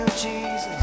Jesus